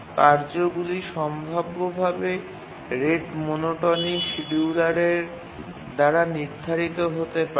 কার্যগুলি সম্ভাব্যভাবে rate monotonic scheduler দ্বারা নির্ধারিত হতে পারে